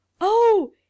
Oh